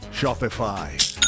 Shopify